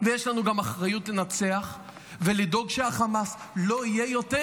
ויש לנו גם אחריות לנצח ולדאוג שהחמאס לא יהיה יותר,